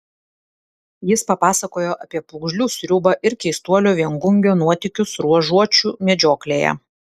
jis papasakojo apie pūgžlių sriubą ir keistuolio viengungio nuotykius ruožuočių medžioklėje